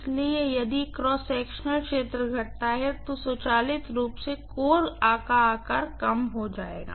इसलिए यदि cross sectional क्षेत्र घटता है तो स्वचालित रूप से कोर आकार कम हो जाएगा